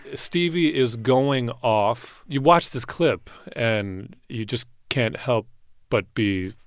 stevie is going off. you watch this clip and you just can't help but be,